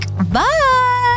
Bye